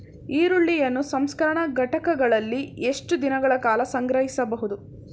ಈರುಳ್ಳಿಯನ್ನು ಸಂಸ್ಕರಣಾ ಘಟಕಗಳಲ್ಲಿ ಎಷ್ಟು ದಿನಗಳ ಕಾಲ ಸಂಗ್ರಹಿಸಬಹುದು?